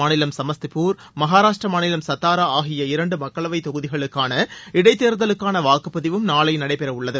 மாநிலம் சமஸ்திபூர் மகாராஷ்டிர மாநிலம் சத்தாரா ஆகிய இரண்டு பீகார் தொகுதிகளுக்கான இடைத்தேர்தலுக்கான வாக்குப்பதிவும் நாளை நடைபெற உள்ளது